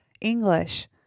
English